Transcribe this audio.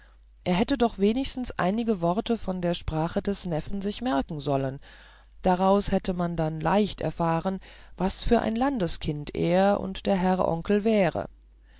er hätte doch wenigstens einige worte von der sprache des neffen sich merken sollen daraus hätte man dann leicht erfahren was für ein landeskind er und der herr oncle wäre